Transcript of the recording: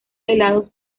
helados